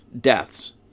deaths